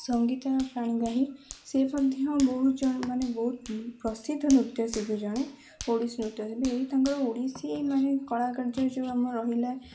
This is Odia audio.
ସଙ୍ଗୀତା ପାଣିଗ୍ରାହୀ ସେ ମଧ୍ୟ ବହୁତ ମାନେ ବହୁତ ପ୍ରସିଦ୍ଧ ନୃତ୍ୟଶିଳ୍ପୀ ଜଣେ ଓଡ଼ିଶୀ ନୃତ୍ୟଶିଳ୍ପୀ ଏହି ତାଙ୍କର ଓଡ଼ିଶୀ ମାନେ କଳାକାର୍ଯ୍ୟ ଯେଉଁ ଆମ ରହିଲା